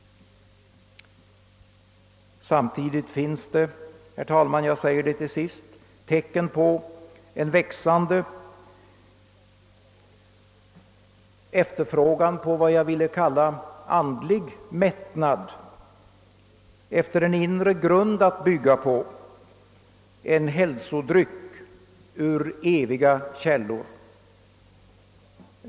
Samtidigt finns det, herr talman, en växande längtan efter vad jag vill kalla andlig tillfredsställelse, en inre grund att bygga på, en hälsodryck ur eviga källor.